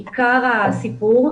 עיקר הסיפור,